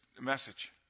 message